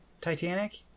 titanic